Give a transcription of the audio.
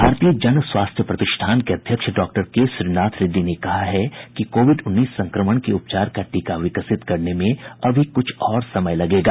भारतीय जन स्वास्थ्य प्रतिष्ठान के अध्यक्ष डॉक्टर के श्रीनाथ रेड्डी ने कहा है कि कोविड उन्नीस संक्रमण के उपचार का टीका विकसित करने में अभी कुछ समय लगेगा